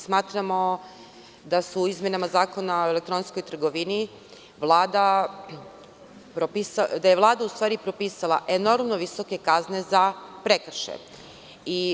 Smatramo da su izmenama Zakona o elektronskoj trgovini da je Vlada propisala enormno visoke kazne za prekršaje.